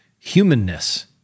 humanness